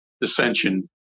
dissension